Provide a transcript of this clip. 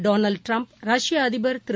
Donald Trump ரஷ்ய அதிபர் திரு